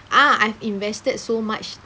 ah I've invested so much